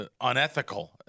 unethical